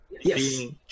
Yes